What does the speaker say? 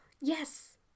Yes